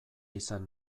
izan